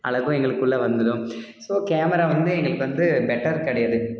அழகும் எங்களுக்குள்ள வந்துடும் ஸோ கேமரா வந்து எங்களுக்கு வந்து பெட்டர் கிடையாது